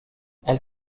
elle